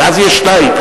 אבל אז יש שניים.